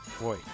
Boy